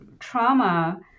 trauma